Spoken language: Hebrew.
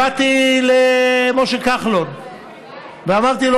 באתי למשה כחלון ואמרתי לו,